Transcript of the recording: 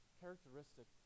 characteristic